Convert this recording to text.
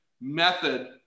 method